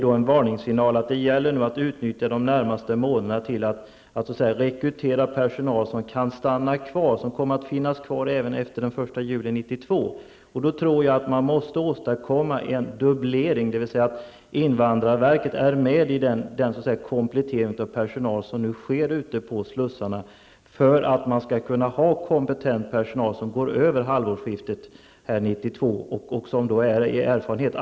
Det gäller nu att utnyttja de närmaste månaderna till att rekrytera personal som kan stanna kvar, som kommer att finnas kvar även efter den 1 juli 1992. Då tror jag att man måste åstadkomma en dubblering, dvs. att personal från invandrarverket ingår i den kompletterande personalen ute på slussarna för att vi skall kunna ha kompetent och erfaren personal som fortsätter även efter halvårsskiftet 1992.